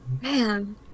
Man